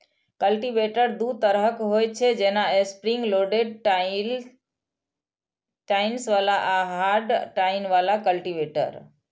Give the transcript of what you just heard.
cultivator दू तरहक होइ छै, जेना स्प्रिंग लोडेड टाइन्स बला आ हार्ड टाइन बला कल्टीवेटर